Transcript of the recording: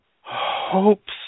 hopes